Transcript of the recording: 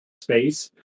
space